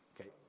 Okay